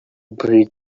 breed